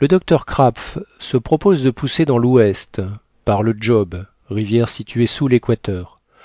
le docteur krapf se propose de pousser dans l'ouest par le djob rivière située sous l'équateur